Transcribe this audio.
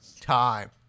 time